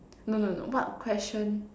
no no no what question